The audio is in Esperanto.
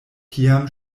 kiam